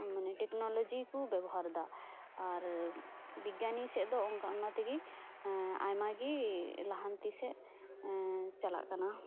ᱢᱟᱱᱮ ᱴᱮᱠᱱᱳᱞᱳᱡᱤ ᱠᱚ ᱵᱮᱵᱚᱦᱟᱨᱮᱫᱟ ᱟᱨ ᱵᱤᱜᱽᱜᱟᱱᱤ ᱥᱮᱡ ᱫᱚ ᱚᱱ ᱚᱱᱠᱟᱜᱮ ᱟᱭᱢᱟᱜᱮ ᱞᱟᱦᱟᱱᱛᱤ ᱥᱮᱡ ᱪᱟᱞᱟᱜ ᱠᱟᱱᱟ